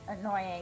annoying